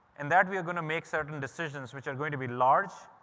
and that we are going to make certain decisions which are going to be large,